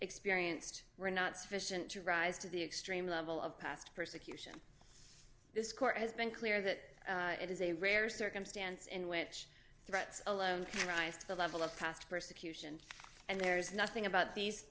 experienced were not sufficient to rise to the extreme level of past persecution this court has been clear that it is a rare circumstance in which threats alone can rise to the level of past persecution and there is nothing about these